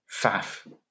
faff